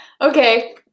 okay